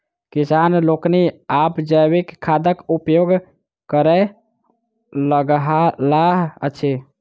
किसान लोकनि आब जैविक खादक उपयोग करय लगलाह अछि